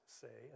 say